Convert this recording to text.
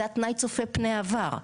זה היה תנאי צופה פני עבר.